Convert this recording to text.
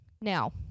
Now